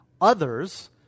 Others